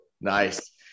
nice